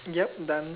yup done